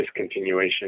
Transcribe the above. discontinuation